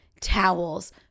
towels